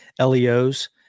LEOs